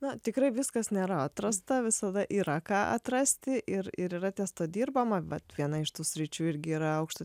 na tikrai viskas nėra atrasta visada yra ką atrasti ir ir yra ties tuo dirbama bet viena iš tų sričių irgi yra aukšto